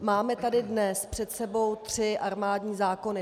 Máme tady dnes před sebou tři armádní zákony.